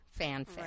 fanfic